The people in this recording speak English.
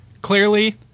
clearly